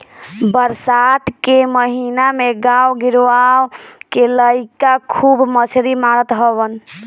बरसात के महिना में गांव गिरांव के लईका खूब मछरी मारत हवन